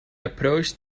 approached